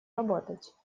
работать